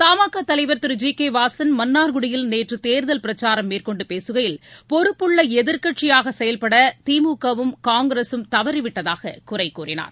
த மா கா தலைவர் திரு ஜி கே வாசன் மன்னார் குடியில் நேற்று தேர்தல் பிரச்சாரம் மேற்கொண்டு பேசுகையில் பொறுப்புள்ள எதிர்க்கட்சியாக செயல்பட திமுகவும் காங்கிரகம் செயல்பட தவறிவிட்டதாக குறை கூறினார்